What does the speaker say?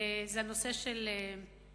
זה נושא האכיפה.